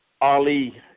Ali